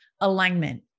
alignment